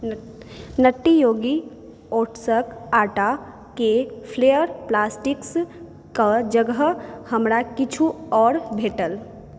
Nutty Yogi oats क आटाके फ्लेयर प्लास्टिक्स क जगह हमरा किछु आओर भेटल